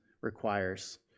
requires